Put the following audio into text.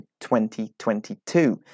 2022